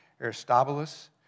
Aristobulus